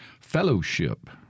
Fellowship